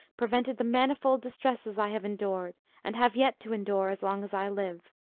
prevented the manifold distresses i have endured, and have yet to endure as long as i live.